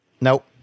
Nope